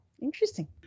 interesting